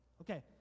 Okay